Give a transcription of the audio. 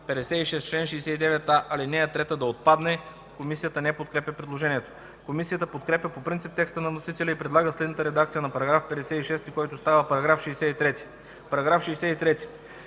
56, чл. 69а, ал. 3 да отпадне. Комисията не подкрепя предложението. Комисията подкрепя по принцип текста на вносителя и предлага следната редакция на § 56, който става § 63: „§ 63.